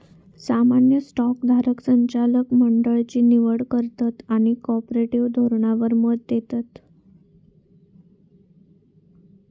सामान्य स्टॉक धारक संचालक मंडळची निवड करतत आणि कॉर्पोरेट धोरणावर मत देतत